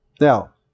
Now